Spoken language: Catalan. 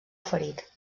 ferit